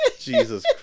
Jesus